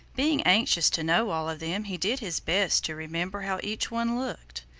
being anxious to know all of them he did his best to remember how each one looked,